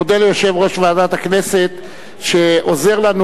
מודה ליושב-ראש ועדת הכנסת שעוזר לנו